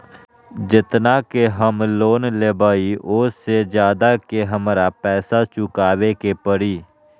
जेतना के हम लोन लेबई ओ से ज्यादा के हमरा पैसा चुकाबे के परी?